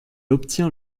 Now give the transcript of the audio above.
obtient